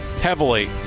heavily